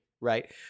right